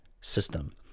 system